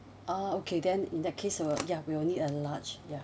oh okay then in that case I will yeah we will need a large ya